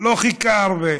לא חיכה הרבה.